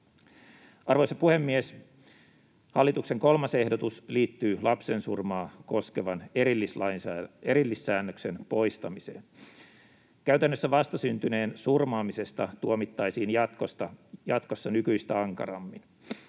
Arvoisa puhemies! Hallituksen kolmas ehdotus liittyy lapsensurmaa koskevan erillissäännöksen poistamiseen. Käytännössä vastasyntyneen surmaamisesta tuomittaisiin jatkossa nykyistä ankarammin.